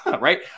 right